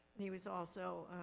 he was also,